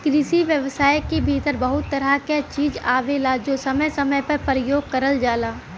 कृषि व्यवसाय के भीतर बहुत तरह क चीज आवेलाजो समय समय पे परयोग करल जाला